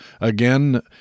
again